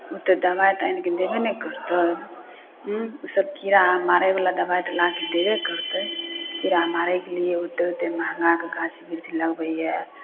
ओ तऽ दबाइ तऽ आनि कऽ देबे ने करतै ओसभ कीड़ा आर मारयवला दबाइ तऽ ला कऽ देबे करतै कीड़ा मारयके लिए ओतेक ओतेक महँगाके गाछ वृक्ष लगबैए